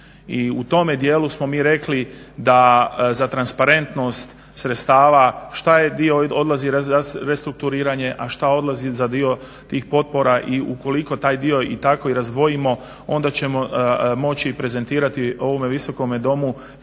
u tome dijelu smo mi rekli da za transparentnost sredstava šta je, dio odlazi za restrukturiranje, a šta odlazi za dio tih potpora. I ukoliko taj dio i tako i razdvojimo onda ćemo moći prezentirati ovome Visokome domu prave